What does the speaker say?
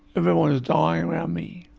everyone was dying around me.